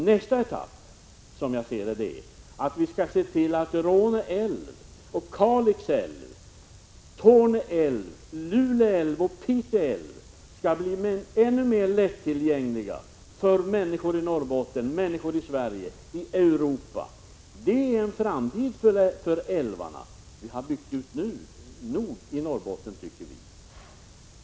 Nästa etapp blir att vi skall se till att Råne älv, Kalix älv, Torne älv, Lule älv och Pite älv skall bli ännu mer lättillgängliga för människor i Norrbotten, för människor i Sverige och Europa. Det är en framtid för älvarna. Vi har nu byggt ut nog i Norrbotten, tycker vi.